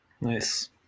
Nice